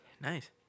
Nice